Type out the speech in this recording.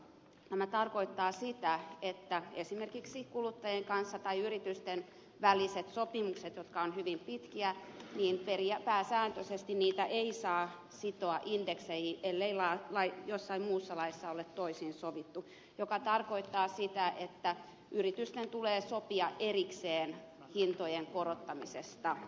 tämä tarkoittaa sitä että esimerkiksi kuluttajien tai yritysten välisiä sopimuksia jotka ovat hyvin pitkiä pääsääntöisesti ei saa sitoa indekseihin ellei jossain muussa laissa ole toisin sovittu mikä tarkoittaa sitä että yritysten tulee sopia erikseen hintojen korottamisesta